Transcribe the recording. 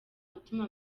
utuma